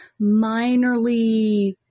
minorly